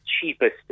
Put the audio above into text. cheapest